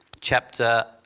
chapter